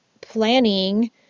planning